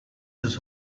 his